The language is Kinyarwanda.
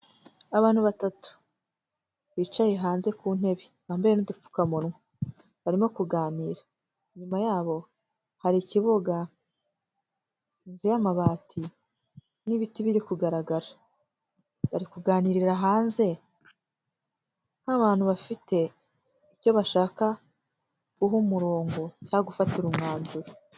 Abantu batatu, bicaye hanze ku ntebe, bambaye n'udupfukamunwa, barimo kuganira, inyuma yabo hari ikibuga, inzu y'amabati n'ibiti biri kugaragara, bari kuganirira hanze nk'abantu bafite icyo bashaka guha umurongo cyangwa gufatira umwanzuro.